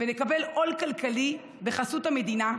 ונקבל עול כלכלי בחסות המדינה,